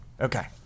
Okay